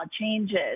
changes